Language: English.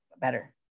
better